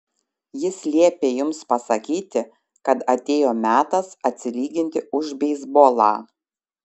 jis liepė jums pasakyti kad atėjo metas atsilyginti už beisbolą